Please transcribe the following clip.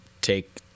take –